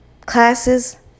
classes